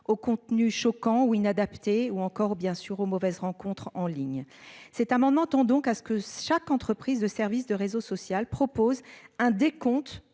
aux contenus choquants ou inadapté ou encore bien sûr aux mauvaises rencontres en ligne cet amendement tend donc à ce que chaque entreprise de service de réseau social propose un décompte